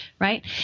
Right